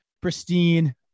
pristine